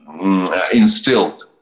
instilled